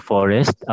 Forest